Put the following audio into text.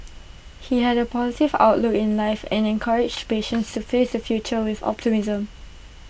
he had A positive outlook in life and encouraged patients to face the future with optimism